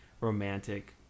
romantic